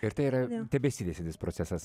ir tai yra tebesitęsiantis procesas